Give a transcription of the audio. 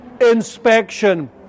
inspection